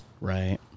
right